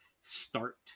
start